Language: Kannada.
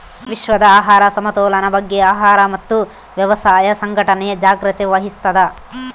ವಿಶ್ವದ ಆಹಾರ ಸಮತೋಲನ ಬಗ್ಗೆ ಆಹಾರ ಮತ್ತು ವ್ಯವಸಾಯ ಸಂಘಟನೆ ಜಾಗ್ರತೆ ವಹಿಸ್ತಾದ